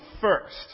first